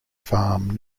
farm